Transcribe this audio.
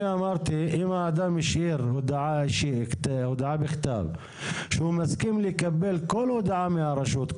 אמרתי שאם האדם השאיר הודעה בכתב שהוא מסכים לקבל כל הודעה מהרשות,